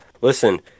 Listen